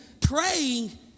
praying